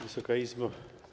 Wysoka Izbo!